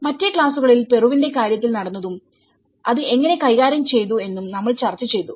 മറ്റേ ക്ലാസുകളിൽ പെറുവിന്റെ കാര്യത്തിൽ നടന്നതും അത് എങ്ങനെ കൈകാര്യം ചെയ്തുഎന്നും നമ്മൾ ചർച്ച ചെയ്തു